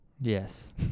Yes